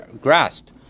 grasp